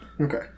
Okay